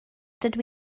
dydw